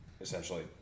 essentially